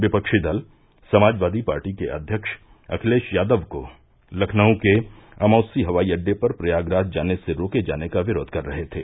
विपक्षी दल समाजवादी पार्टी के अध्यक्ष अखिलेश यादव को लखनऊ के अमैसी हवाई अड़डे पर प्रयागराज जाने से रोके जाने का विरोध कर रहे थे